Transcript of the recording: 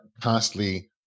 constantly